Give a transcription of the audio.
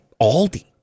Aldi